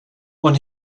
won